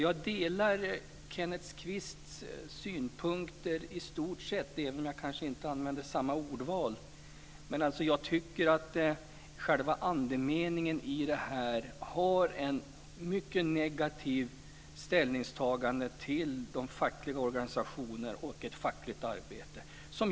Jag delar Kenneth Kvists synpunkter i stort sett, även om jag kanske inte gör samma ordval. Men jag tycker att själva andemeningen i reservationen är ett mycket negativt ställningstagande till de fackliga organisationerna och ett fackligt arbete.